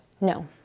no